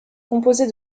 composée